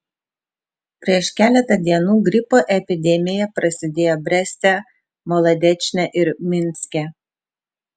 prieš keletą dienų gripo epidemija prasidėjo breste molodečne ir minske